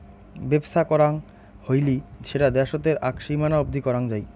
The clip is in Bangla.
বেপছা করাং হৈলে সেটা দ্যাশোতের আক সীমানা অবদি করাং যাই